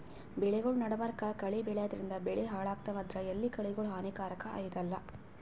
ಬೆಳಿಗೊಳ್ ನಡಬರ್ಕ್ ಕಳಿ ಬೆಳ್ಯಾದ್ರಿನ್ದ ಬೆಳಿ ಹಾಳಾಗ್ತಾವ್ ಆದ್ರ ಎಲ್ಲಾ ಕಳಿಗೋಳ್ ಹಾನಿಕಾರಾಕ್ ಇರಲ್ಲಾ